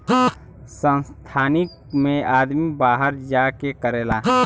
संस्थानिक मे आदमी बाहर जा के करेला